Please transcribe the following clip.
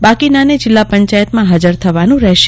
બાકીનાને જિલ્લા પંચાયતમાં હાજર થવાનું રહેશે